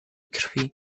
krwi